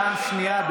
פעם שנייה.